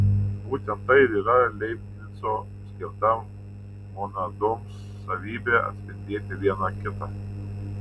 būtent tai ir yra leibnico skirta monadoms savybė atspindėti viena kitą